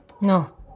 No